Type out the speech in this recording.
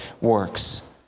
works